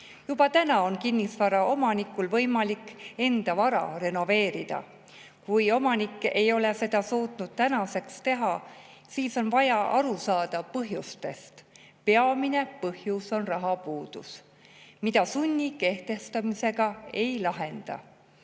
Juba praegu on kinnisvaraomanikul võimalik enda vara renoveerida. Kui omanik ei ole suutnud seda praeguseks teha, siis on vaja aru saada põhjustest. Peamine põhjus on rahapuudus, mida sunni kehtestamisega ei lahenda.